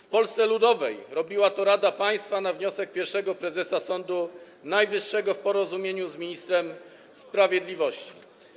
W Polsce Ludowej robiła to Rada Państwa na wniosek pierwszego prezesa Sądu Najwyższego w porozumieniu z ministrem sprawiedliwości.